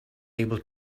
able